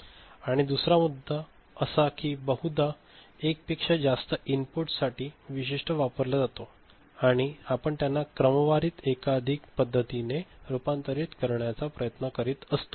आणि दुसरा मुद्दा असा कि बहुधा एकापेक्षा जास्त इनपुटसाठी एक विशिष्ट एडीसी वापरला जातो आणि आपण त्यांना क्रमवारीत एकाधिक पद्धतीने रूपांतरित करण्याचा प्रयत्न करीत असतो